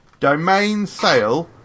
DomainSale